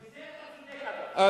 בזה אתה צודק, אדוני.